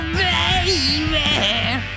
baby